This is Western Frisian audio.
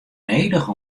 nedich